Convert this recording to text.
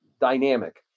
dynamic